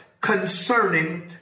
concerning